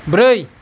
ब्रै